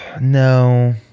no